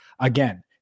Again